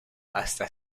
hasta